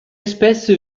espèce